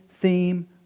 theme